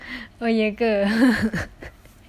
oh ye ke